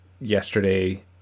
yesterday